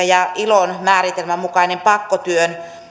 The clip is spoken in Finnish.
ja ilon määritelmän mukaisen pakkotyön